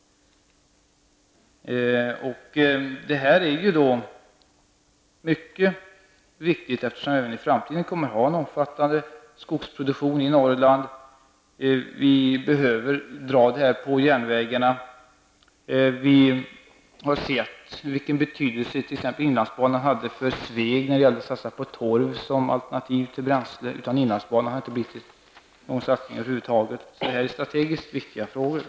Detta är en mycket viktig fråga, eftersom vi även i framtiden kommer att ha en omfattande skogsproduktion i Norrland. Vi behöver järnvägarna för skogsbrukets transporter. Vi vet vilken betydelse inlandsbanan hade för Sveg när det gällde att satsa på torv som alternativt bränsle. Utan inlandsbanan hade det över huvud taget inte blivit några satsningar. Detta är strategiskt viktiga frågor.